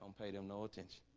um pay them no attention